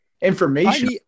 information